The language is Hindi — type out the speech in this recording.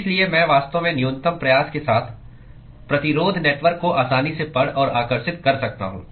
इसलिए मैं वास्तव में न्यूनतम प्रयास के साथ प्रतिरोध नेटवर्क को आसानी से पढ़ और आकर्षित कर सकता हूं